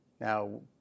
now